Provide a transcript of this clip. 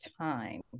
time